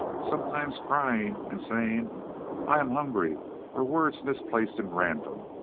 sometimes crying, and saying i am hungry or words misplaced and random,